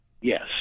yes